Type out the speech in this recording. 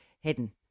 hidden